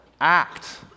act